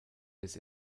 bis